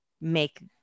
make